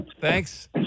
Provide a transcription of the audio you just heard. thanks